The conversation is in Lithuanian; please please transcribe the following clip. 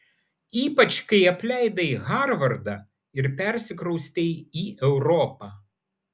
ypač kai apleidai harvardą ir persikraustei į europą